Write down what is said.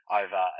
over